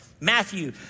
Matthew